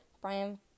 Brian